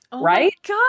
Right